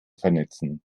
vernetzen